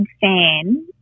fan